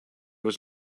was